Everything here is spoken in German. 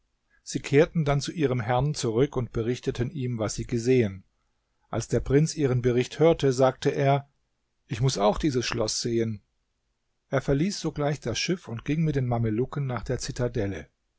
sie kehrten dann zu ihrem herrn zurück und berichteten ihm was sie gesehen als der prinz ihren bericht hörte sagte er ich muß auch dieses schloß sehen er verließ sogleich das schiff und ging mit den mamelucken nach der zitadelle